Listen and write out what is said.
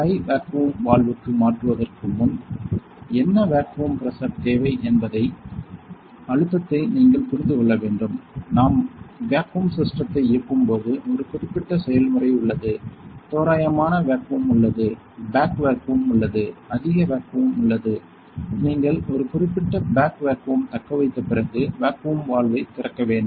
high vacuum வால்வுக்கு மாற்றுவதற்கு முன் என்ன வேக்குவம் பிரஷர் தேவை என்பதை அழுத்தத்தை நீங்கள் புரிந்து கொள்ள வேண்டும் நாம் வேக்கும் சிஸ்டத்தை இயக்கும் போது ஒரு குறிப்பிட்ட செயல்முறை உள்ளது தோராயமான வேக்குவம் உள்ளது பேக் வேக்குவம் உள்ளது அதிக வேக்குவம் உள்ளது நீங்கள் ஒரு குறிப்பிட்ட பேக் வேக்குவம் தக்கவைத்த பிறகு வேக்குவம் வால்வைத் திறக்க வேண்டும்